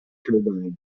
turbine